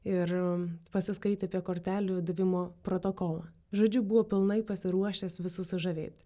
ir pasiskaitė apie kortelių davimo protokolą žodžiu buvo pilnai pasiruošęs visus sužavėti